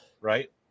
Right